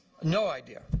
no idea.